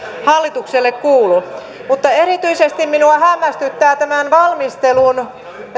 hallitukselle kuulu mutta erityisesti minua hämmästyttää tämän valmistelun